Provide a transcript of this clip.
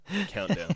countdown